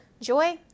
Joy